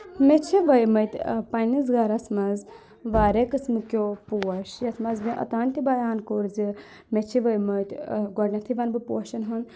مےٚ چھِ ؤیمٕتۍ پنٕنِس گرس منٛز واریاہ قٕسمہٕ کیٚو پوش یَتھ منٛز مےٚ اوٚتانۍ تہِ بیان کوٚر زِ مےٚ چھِ وٕومٕتۍ گۄڈٕنیٚتھٕے وَنہٕ بہٕ پوشَن ہُنٛد